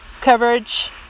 coverage